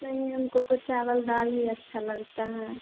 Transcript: नहीं हमको तो चावल दाल ही अच्छा लगता है